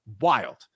Wild